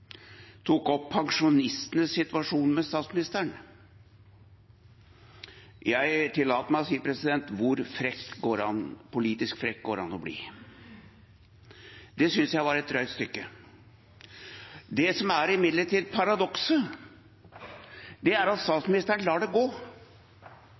tok opp pensjonistenes situasjon med statsministeren. Jeg tillater meg å si: Hvor politisk frekk går det an å bli? Det synes jeg var et drøyt stykke. Det som imidlertid er paradokset, er at